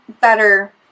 better